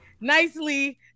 nicely